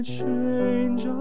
change